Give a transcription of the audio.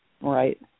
right